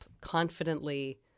confidently